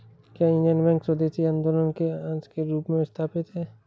क्या Indian bank स्वदेशी आंदोलन के अंश के रूप में स्थापित हुआ?